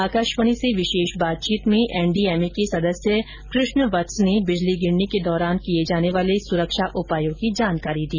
आकाशवाणी से विशेष बातचीत में एनडीएमए के सदस्य कृष्ण वत्स ने बिजली गिरने के दौरान किए जाने वाले सुरक्षा उपायों की जानकारी दी